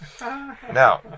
Now